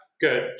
good